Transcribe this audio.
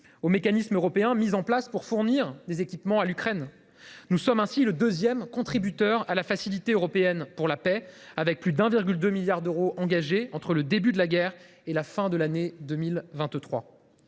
aux mécanismes européens mis en place pour fournir des équipements à l’Ukraine. Nous sommes ainsi le deuxième contributeur à la Facilité européenne pour la paix, avec plus de 1,2 milliard d’euros engagés entre le début de la guerre et la fin de l’année 2023.